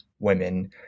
women